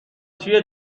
توی